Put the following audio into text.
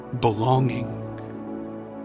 belonging